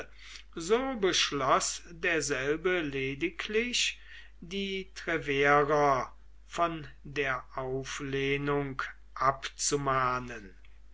so beschloß derselbe lediglich die treverer von der auflehnung abzumahnen